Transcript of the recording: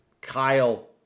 Kyle